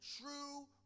True